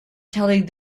telling